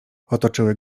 otoczyły